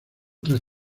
tres